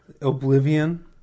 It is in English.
Oblivion